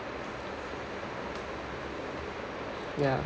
ya